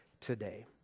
today